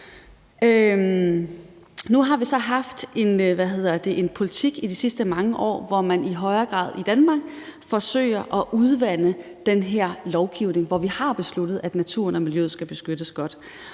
Nu har vi så haft en politik i de sidste mange år, hvor man i højere grad forsøger at udvande den her lovgivning i Danmark, hvor vi har besluttet, at naturen og miljøet skal beskyttes godt.